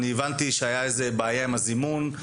אני הבנתי שהיה איזה בעיה עם הזימון,